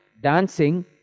dancing